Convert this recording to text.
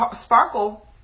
Sparkle